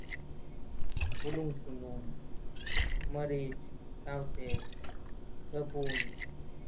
ᱵᱩᱞᱩᱝ ᱥᱩᱱᱩᱢ ᱢᱟᱨᱤᱪ ᱥᱟᱶᱛᱮ ᱥᱟᱵᱩᱱ